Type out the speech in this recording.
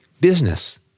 Business